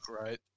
right